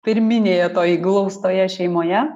pirminėje toj glaustoje šeimoje